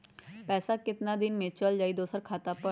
पैसा कितना दिन में चल जाई दुसर खाता पर?